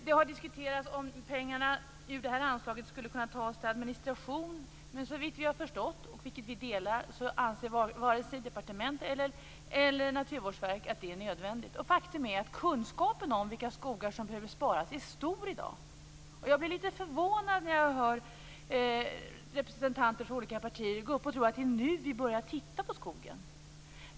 Det har diskuterats om pengarna ur det här anslaget skulle kunna tas till administration, men såvitt vi har förstått anser varken departementet eller Naturvårdsverket att det är nödvändigt, och vi delar den uppfattningen. Faktum är att kunskapen om vilka skogar som behöver sparas är stor i dag. Jag blir lite förvånad när jag hör representanter för olika partier som tror att det är nu som vi börjar titta på skogen.